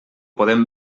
podem